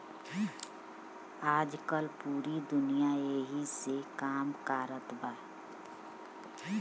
आजकल पूरी दुनिया ऐही से काम कारत बा